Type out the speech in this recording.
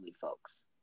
folks